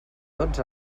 tots